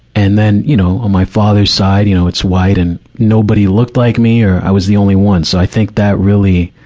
and then, you know, on my father's side, you know, it's white and nobody looked like me or i was the only one. so i think that really,